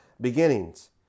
beginnings